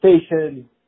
Station